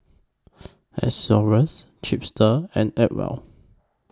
Xorex Chipster and Acwell